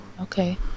Okay